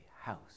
house